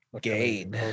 Gain